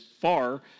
far